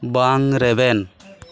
ᱵᱟᱝ ᱨᱮᱵᱮᱱ